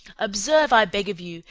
observe, i beg of you,